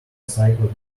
cycled